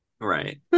Right